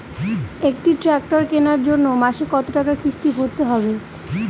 একটি ট্র্যাক্টর কেনার জন্য মাসে কত টাকা কিস্তি ভরতে হবে?